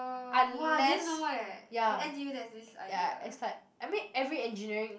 unless ya ya it's like I mean every engineering